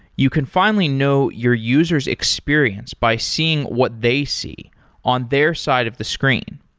you can finally know your user s experience by seeing what they see on their side of the screen.